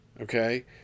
okay